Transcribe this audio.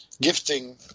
gifting